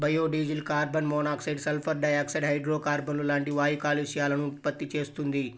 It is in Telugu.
biodiesel carbon monoxide, sulphur dioxide, హైడ్రోకార్బన్లు లాంటి వాయు కాలుష్యాలను ఉత్పత్తి చేస్తుంది